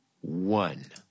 one